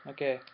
Okay